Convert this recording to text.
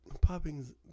Popping